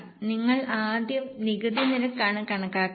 നിങ്ങൾ ആദ്യം നികുതി നിരക്കാണ് കണക്കാക്കേണ്ടത്